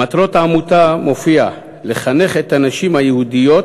במטרות העמותה מופיע "לחנך את הנשים היהודיות